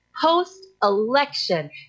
post-election